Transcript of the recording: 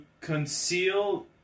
conceal